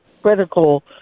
critical